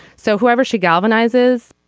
so whoever she galvanizes